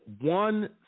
One